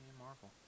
Marvel